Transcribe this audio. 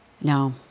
No